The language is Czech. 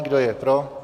Kdo je pro?